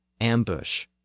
ambush